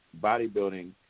bodybuilding